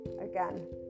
again